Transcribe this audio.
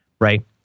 right